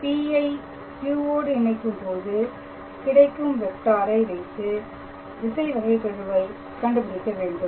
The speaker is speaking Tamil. P ஐ Q டு இணைக்கும்போது கிடைக்கும் வெக்டாரை வைத்து திசை வகைகெழுவை கண்டுபிடிக்க வேண்டும்